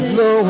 no